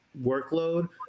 workload